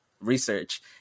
research